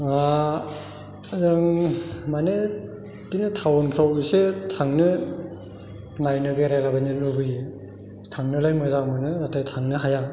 जों माने बिदिनो टाउनफ्राव इसे थांनो नायनो बेरायलाबायनो लुगैयो थांनोलाय मोजां मोनो नाथाय थांनो हाया